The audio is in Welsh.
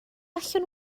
allwn